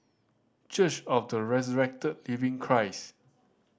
Church of the Resurrected Living Christ